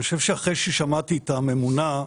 אחרי ששמעתי את הממונה,